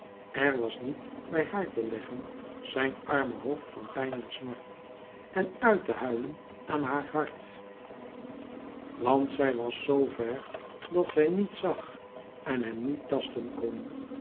er was niet bij haar te leggen zijn arme hoofd van pijn en smart en uit te huilouis couperus metamorfoze len aan haar hart want zij was z ver dat zij niet zag en hem niet tasten kon